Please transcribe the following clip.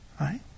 Right